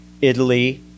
Italy